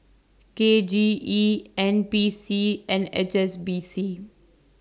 K J E N P C and H S B C